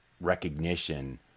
recognition